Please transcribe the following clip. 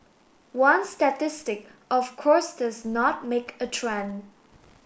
one statistic of course does not make a trend